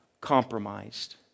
compromised